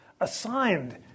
assigned